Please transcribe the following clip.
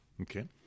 Okay